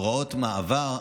הוראת המעבר,